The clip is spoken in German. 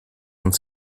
uns